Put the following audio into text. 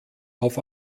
auf